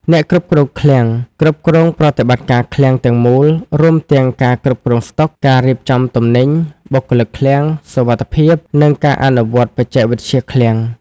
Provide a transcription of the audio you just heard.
អ្នកគ្រប់គ្រងឃ្លាំង គ្រប់គ្រងប្រតិបត្តិការឃ្លាំងទាំងមូល រួមទាំងការគ្រប់គ្រងស្តុក ការរៀបចំទំនិញ បុគ្គលិកឃ្លាំង សុវត្ថិភាព និងការអនុវត្តបច្ចេកវិទ្យាឃ្លាំង។